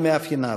על מאפייניו.